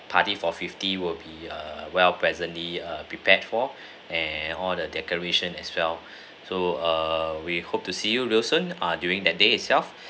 party for fifty will be err well presently err prepared for and all the decoration as well so err we hope to see you real soon uh during the day itself